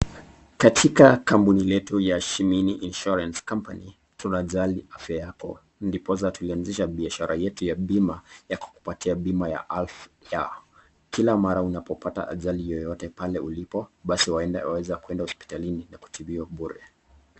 Katika kampuni yetu ya Shimini Insurance Company tunajali afya yako. Ndipo tulianzisha biashara yetu ya bima ya kukupatia bima ya alf ya. Kila mara unapopata ajali yoyote pale ulipo, basi waende waweza kwenda hospitalini na kutibiwa bure.